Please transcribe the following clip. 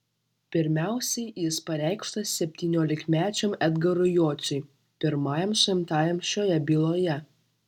pirmiausiai jis pareikštas septyniolikmečiam edgarui jociui pirmajam suimtajam šioje byloje